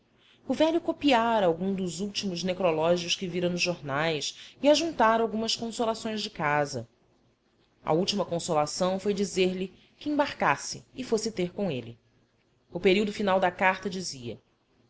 o velho copiara algum dos últimos necrológios que vira nos jornais e ajuntara algumas consolações de casa a última consolação foi dizer-lhe que embarcasse e fosse ter com ele o período final da carta dizia